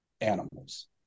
animals